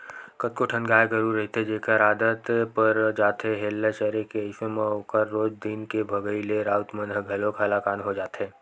कतको ठन गाय गरु रहिथे जेखर आदत पर जाथे हेल्ला चरे के अइसन म ओखर रोज दिन के भगई ले राउत मन ह घलोक हलाकान हो जाथे